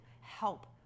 help